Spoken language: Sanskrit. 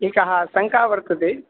एका शङ्का वर्तते